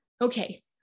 okay